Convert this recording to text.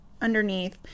underneath